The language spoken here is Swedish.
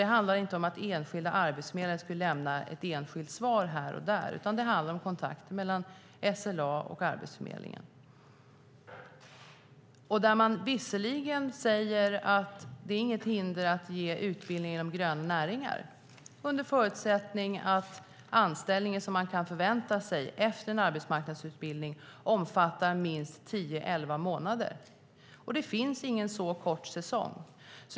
Det handlar inte om att enskilda arbetsförmedlare skulle lämna ett enskilt svar här och där, utan det handlar om kontakter mellan SLA och Arbetsförmedlingen. Visserligen säger man att det inte är något hinder att ge utbildning inom gröna näringar under förutsättning att anställningen som man kan förvänta sig efter en arbetsmarknadsutbildning omfattar minst tio elva månader. Det finns ingen så lång säsong.